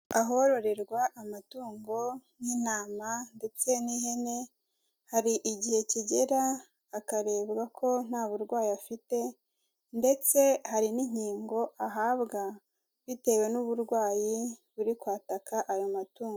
Ahororerwa amatungo nk'intama ndetse n'ihene, hari igihe kigera akarebwa ko nta burwayi afite ndetse hari n'inkingo ahabwa bitewe n'uburwayi buri kwataka ayo matungo.